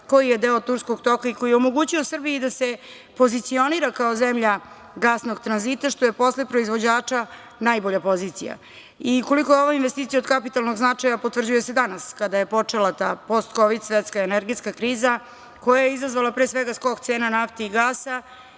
koji je deo turskog toka i koji je omogućio Srbiji da se pozicionira kao zemlja gasnog tranzita, što je posle proizvođača najbolja pozicija. Koliko je ova investicija od kapitalnog značaja potvrđuje se danas kada je počela ta postkovid svetska energetska kriza, koja je izazvala pre svega skok cena nafti i gasa